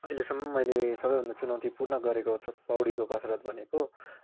अहिलेसम्म मैले सबैभन्दा चुनौतिपूर्ण गरेको पौडीको कसरत भनेको